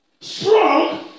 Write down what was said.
strong